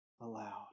aloud